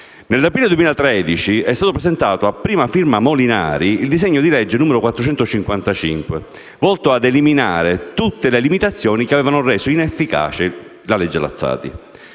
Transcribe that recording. Nell'aprile 2013 è stato presentato, a prima firma del senatore Molinari, il disegno di legge n. 455, volto a eliminare tutte le limitazioni che avevano reso inefficace la legge Lazzati.